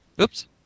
Oops